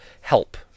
help